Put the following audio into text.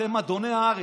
אתם אדוני הארץ.